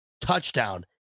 touchdown